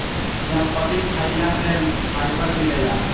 नसपति खाइला से फाइबर मिलेला